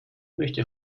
möchte